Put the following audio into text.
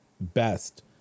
best